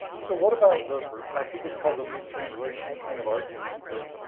so what about the i think it's called the loose translation kind of argument that,